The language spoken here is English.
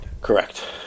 Correct